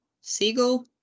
Seagull